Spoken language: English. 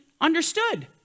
understood